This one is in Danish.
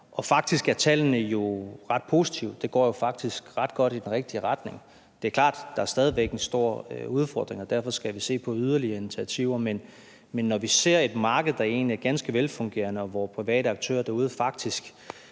Og faktisk er tallene ret positive; det går jo faktisk ret godt i den rigtige retning. Det er klart, at der stadig er en stor udfordring, og derfor skal vi se på yderligere initiativer, men når vi ser et marked, der egentlig er ganske velfungerende, og hvor private aktører derude faktisk